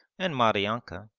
and maryanka,